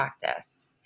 practice